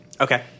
Okay